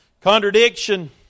Contradiction